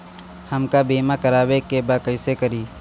हमका बीमा करावे के बा कईसे करी?